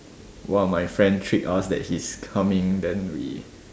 one of my friend trick us that he's coming then we